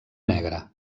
negre